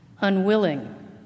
unwilling